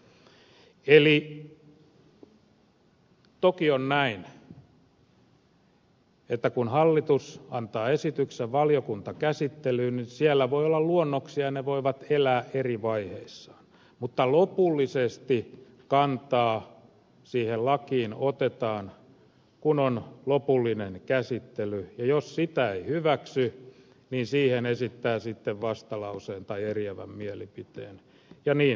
eli toki on näin että kun hallitus antaa esityksen valiokuntakäsittelyyn niin siellä voi olla luonnoksia ja ne voivat elää eri vaiheissaan mutta lopullisesti kantaa siihen lakiin otetaan kun on lopullinen käsittely ja jos sitä ei hyväksy niin siihen esittää sitten vastalauseen tai eriävän mielipiteen ja niin ed